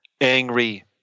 angry